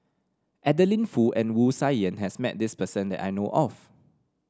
Adeline Foo and Wu Tsai Yen has met this person that I know of